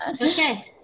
Okay